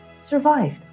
survived